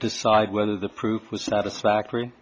decide whether the proof was satisfactory